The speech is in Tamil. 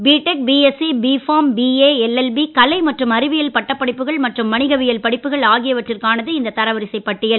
BTech BSc BPharm BA LLB கலை மற்றும் அறிவியல் பட்டப் படிப்புகள் மற்றும் வணிகவியல் படிப்புகள் ஆகியவற்றிற்கானது இந்த தரவரிசைப் பட்டியல்